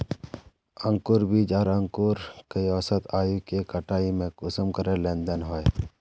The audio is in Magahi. अंकूर बीज आर अंकूर कई औसत आयु के कटाई में कुंसम करे लेन देन होए?